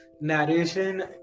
narration